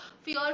Fear